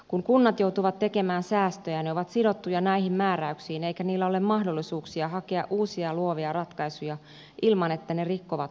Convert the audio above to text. kun kunnat joutuvat tekemään säästöjä ne ovat sidottuja näihin määräyksiin eikä niillä ole mahdollisuuksia hakea uusia luovia ratkaisuja ilman että ne rikkovat lakia